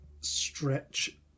stretch